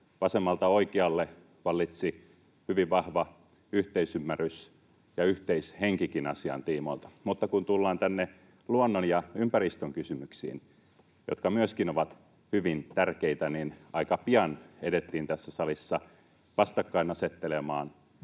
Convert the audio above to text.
vasemmalta oikealle vallitsi hyvin vahva yhteisymmärrys ja yhteishenkikin asian tiimoilta. Mutta kun tullaan tänne luonnon ja ympäristön kysymyksiin, jotka myöskin ovat hyvin tärkeitä, niin aika pian edettiin tässä salissa vastakkainasettelevaan